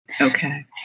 Okay